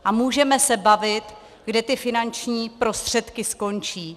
A můžeme se bavit, kde ty finanční prostředky skončí.